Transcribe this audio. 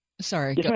sorry